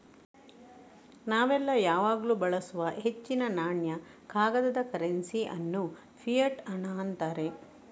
ನಾವೆಲ್ಲ ಯಾವಾಗ್ಲೂ ಬಳಸುವ ಹೆಚ್ಚಿನ ನಾಣ್ಯ, ಕಾಗದದ ಕರೆನ್ಸಿ ಅನ್ನು ಫಿಯಟ್ ಹಣ ಅಂತಾರೆ